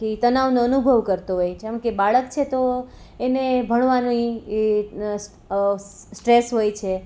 એ તણાવને અનુભવ કરતો હોય છે જેમ કે બાળક છે તો એને ભણવાની સ્ટ્રેસ હોય છે